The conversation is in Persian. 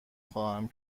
خواهم